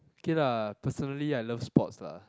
K lah personally I love sport lah